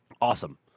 Awesome